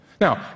Now